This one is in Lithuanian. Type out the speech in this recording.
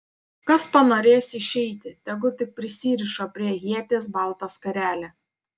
kas panorės išeiti tegu tik prisiriša prie ieties baltą skarelę